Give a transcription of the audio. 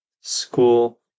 school